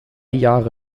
jahre